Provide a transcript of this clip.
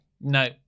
No